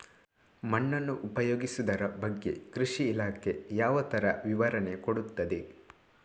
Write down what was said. ಮಣ್ಣನ್ನು ಉಪಯೋಗಿಸುದರ ಬಗ್ಗೆ ಕೃಷಿ ಇಲಾಖೆ ಯಾವ ತರ ವಿವರಣೆ ಕೊಡುತ್ತದೆ?